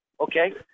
okay